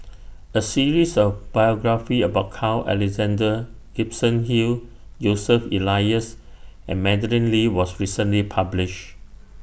A series of biographies about Carl Alexander Gibson Hill Joseph Elias and Madeleine Lee was recently published